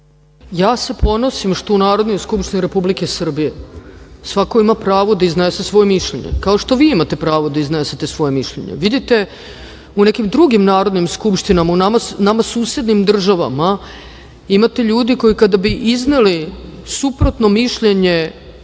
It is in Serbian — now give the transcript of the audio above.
Ja se ponosim što u Narodnoj skupštini Republike Srbije svako ima pravo da iznese svoje mišljenje, kao što vi imate pravo da iznesete svoje mišljenje. Vidite, u nekim drugim narodnim skupštinama, u nama susednim državama, imate ljude koji kada bi izneli suprotno mišljenje